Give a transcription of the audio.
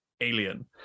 Alien